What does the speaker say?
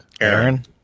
Aaron